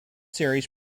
series